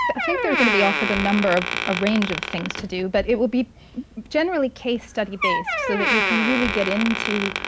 i think they're going to be offered a number of, a range of things to do. but it will be generally case-study based so that you can really get into